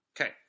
Okay